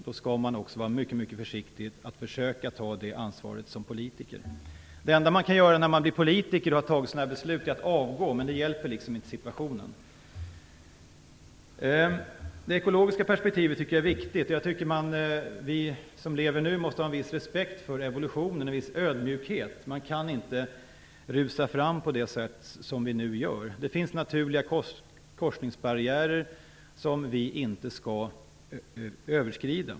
Då skall man också vara mycket försiktig med att försöka ta det ansvaret som politiker. Det enda man kan göra när man blir politiker och det har fattats sådana här beslut är att avgå, men det hjälper liksom inte situationen. Jag tycker att det ekologiska perspektivet är viktigt. Jag tycker att vi som lever nu måste har en viss respekt och ödmjukhet för evolutionen. Man kan inte rusa fram på det sätt som vi nu gör. Det finns naturliga korsningsbarriärer som vi inte skall överskrida.